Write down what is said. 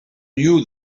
knew